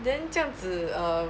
then 这样子 err